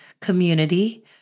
community